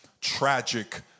tragic